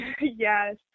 Yes